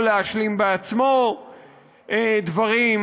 יכול להשלים בעצמו דברים.